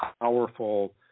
powerful